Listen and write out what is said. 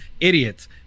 idiots